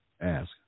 Ask